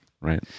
Right